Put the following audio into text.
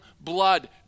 blood